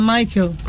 Michael